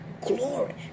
glory